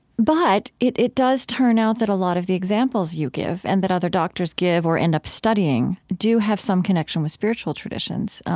but it it does turn out that a lot of the examples you give and that other doctors give or end up studying do have some connection with spiritual traditions,